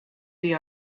the